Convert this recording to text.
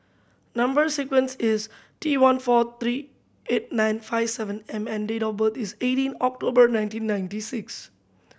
number sequence is T one four three eight nine five seven M and date of birth is eighteen October nineteen ninety six